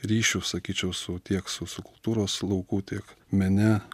ryšių sakyčiau su tiek su kultūros lauku tiek mene